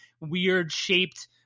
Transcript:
weird-shaped